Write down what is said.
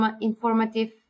informative